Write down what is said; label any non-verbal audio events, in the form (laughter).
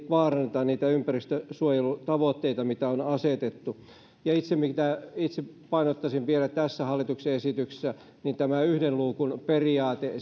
vaaranneta niitä ympäristönsuojelutavoitteita mitä on asetettu itse painottaisin vielä tässä hallituksen esityksessä tätä yhden luukun periaatetta (unintelligible)